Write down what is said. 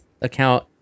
account